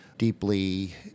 deeply